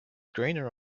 greener